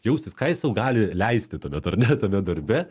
jaustis kai sau gali leisti tuomet ar ne tame darbe